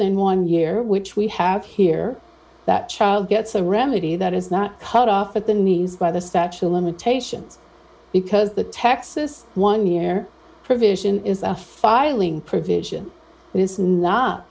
than one year which we have here that child gets a remedy that is not cut off at the knees by the statue of limitations because the texas one year provision is a filing provision it is not